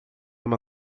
uma